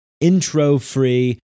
intro-free